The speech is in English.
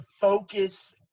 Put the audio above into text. focus